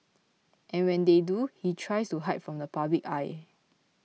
and when they do he tries to hide from the public eye